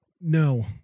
No